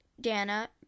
Dana